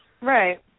Right